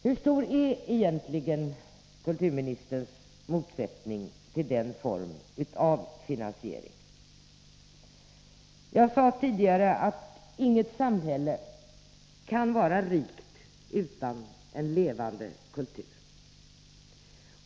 Hur stort är egentligen kulturministerns motstånd mot denna form av finansiering? Jag sade tidigare att inget samhälle kan vara rikt utan en levande kultur.